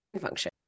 function